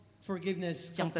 forgiveness